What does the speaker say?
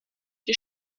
die